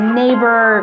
neighbor